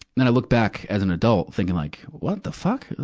then i look back, as an adult, thinking like, what the fuck!